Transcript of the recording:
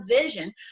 vision